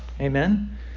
Amen